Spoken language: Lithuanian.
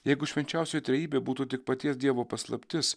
jeigu švenčiausioji trejybė būtų tik paties dievo paslaptis